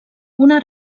una